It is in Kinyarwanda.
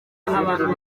abantu